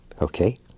Okay